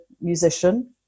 musician